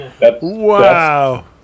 wow